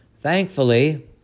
Thankfully